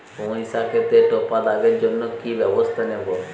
পুই শাকেতে টপা দাগের জন্য কি ব্যবস্থা নেব?